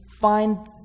find